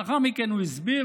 לאחר מכן הוא הסביר,